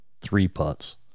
three-putts